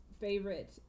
favorite